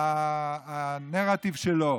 בשביל הנרטיב שלו.